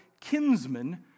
kinsman